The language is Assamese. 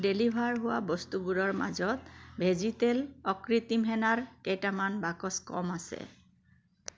ডেলিভাৰ হোৱা বস্তুবোৰৰ মাজত ভেজীটেল অকৃত্ৰিম হেনাৰ কেইটামান বাকচ কম আছে